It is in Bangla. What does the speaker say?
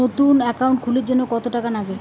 নতুন একাউন্ট খুলির জন্যে কত টাকা নাগে?